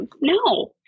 no